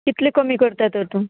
कितले कमी करता तर तूं